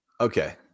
okay